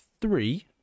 three